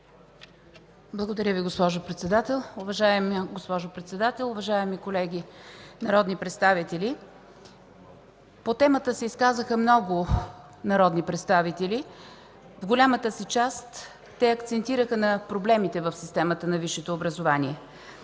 Уважаема госпожо Председател, уважаеми колеги народни представители! По темата се изказаха много народни представители. В голямата си част те акцентираха на проблемите в системата на висшето образование.